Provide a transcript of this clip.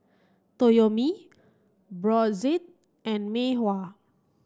Toyomi Brotzeit and Mei Hua